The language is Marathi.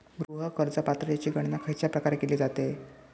गृह कर्ज पात्रतेची गणना खयच्या प्रकारे केली जाते?